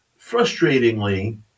frustratingly